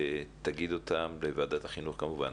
ותגיד אותן בוועדת החינוך כמובן.